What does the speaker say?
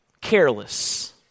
careless